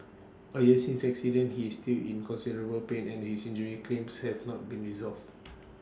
A year since the accident he is still in considerable pain and his injury claims has not been resolved